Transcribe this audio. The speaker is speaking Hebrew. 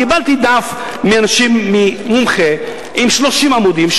קיבלתי דף ממומחה עם 30 עמודים,